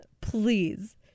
please